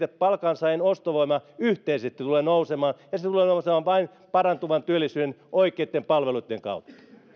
että palkansaajien ostovoima yhteisesti tulee nousemaan ja se tulee nousemaan vain parantuvan työllisyyden oikeitten palveluitten kautta